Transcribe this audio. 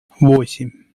восемь